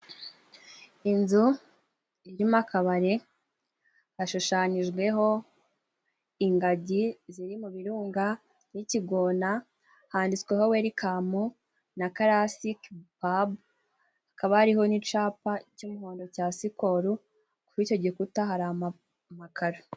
inzu irimo akabare hashushanyijweho ingagi ziri mu birunga n'ikigona, handitsweho welikamu na karasike pabu ariho n'icyapa cy'umuhondo cya sikoro kuri icyo gikuta hari amakara.